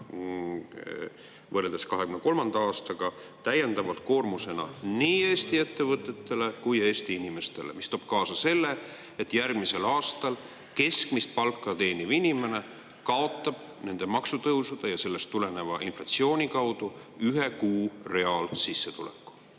miljard eurot täiendavat koormust nii Eesti ettevõtetele kui ka Eesti inimestele. See toob kaasa selle, et järgmisel aastal keskmist palka teeniv inimene kaotab maksutõusude ja sellest tuleneva inflatsiooni kaudu ühe kuu reaalsissetuleku.